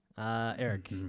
Eric